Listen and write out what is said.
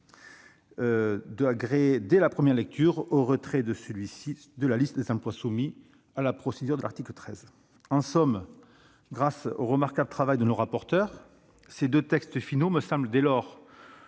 d'agréer, dès la première lecture, le retrait de son dirigeant de la liste des emplois soumis à la procédure de l'article 13 de la Constitution. En somme, grâce au remarquable travail de nos rapporteurs, ces deux textes finaux me semblent tout